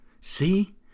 See